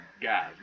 guys